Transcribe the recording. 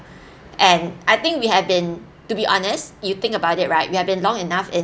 and I think we have been to be honest you think about it right we have been long enough in